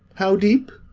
how deep?